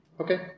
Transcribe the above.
Okay